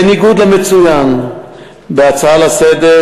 בניגוד למצוין בהצעה לסדר-היום,